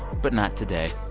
but not today